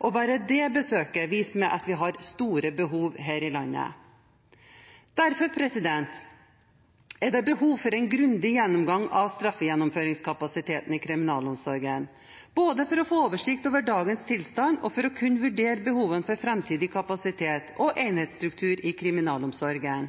og bare det besøket viser meg at vi har store behov her i landet. Derfor er det behov for en grundig gjennomgang av straffegjennomføringskapasiteten i kriminalomsorgen, både for å få oversikt over dagens tilstand og for å kunne vurdere behovene for framtidig kapasitet og enhetsstruktur i kriminalomsorgen.